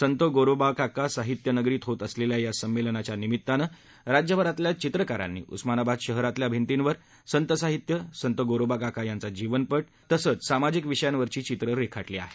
संत गोरोबाकाका साहित्य नगरीत होत असलेल्या या संमेलनाच्या निमितानं राज्यभरातल्या चित्रकारांनी उस्मानाबाद शहरातल्या भिंतीवर संत साहित्य संत गोरोबाकाका यांचा जीवनपट सामाजिक विषयांवरची चित्रं रेखाटली आहेत